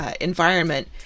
Environment